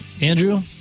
Andrew